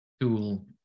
tool